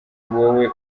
wowe